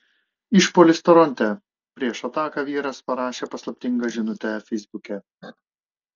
išpuolis toronte prieš ataką vyras parašė paslaptingą žinutę feisbuke